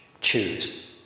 choose